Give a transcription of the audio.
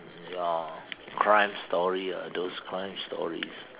uh crime story ah those crime stories